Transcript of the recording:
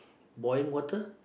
boiling water